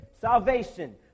salvation